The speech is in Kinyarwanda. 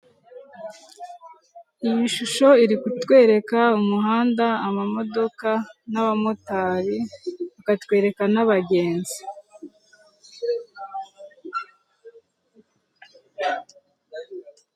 Iyi shusho iri kutwereka umuhanda, amamodoka n'abamotari bakatwereka n'abagenzi.